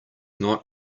not